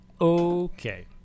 Okay